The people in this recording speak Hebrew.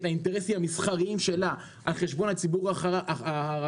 לאינטרסים המסחריים שלה על חשבון הציבור הרחב,